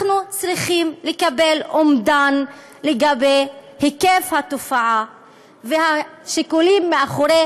אנחנו צריכים לקבל אומדן לגבי היקף התופעה והשיקולים מאחורי